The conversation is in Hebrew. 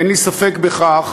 אין לי ספק בכך